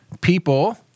people